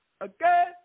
again